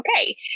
okay